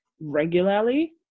regularly